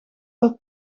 dat